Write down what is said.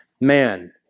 man